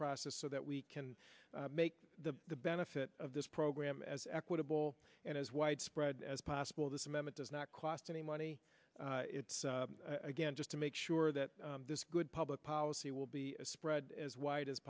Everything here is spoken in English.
process so that we can make the benefit of this program as equitable and as widespread as possible this amendment does not cost any money it's again just to make sure that this good public policy will be spread as wide as